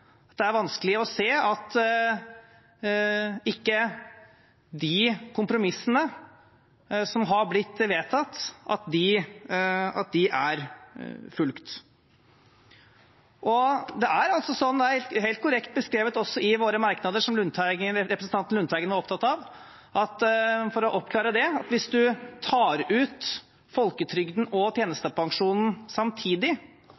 til. Det er vanskelig å se at ikke de kompromissene som har blitt vedtatt, er fulgt. Det er helt korrekt beskrevet, også i våre merknader, som representanten Lundteigen var opptatt av – for å oppklare det – at hvis man tar ut folketrygden og